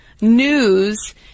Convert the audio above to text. news